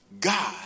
God